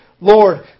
Lord